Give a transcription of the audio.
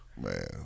Man